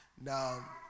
Now